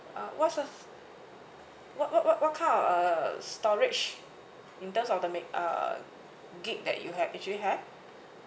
what does what what what what kind of uh storage in terms of the make uh gig that you have actually have